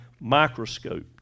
microscope